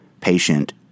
patient